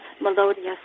Melodious